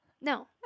No